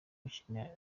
gukina